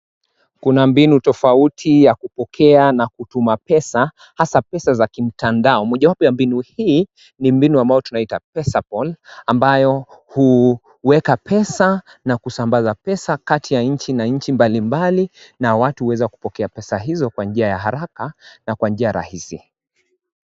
Kuna mbinu tofauti ya kupokea na kutuma pesa, hasa pesa za kimtandao. Moja wapo ya mbinu hii, ni mbinu ambayo tunaita Pesapal, ambayo huweka pesa kati ya nchi na nchi mbalimbali, na watu huweza kupokea pesa hizo kwa njia ya haraka na kwa njia rahisi.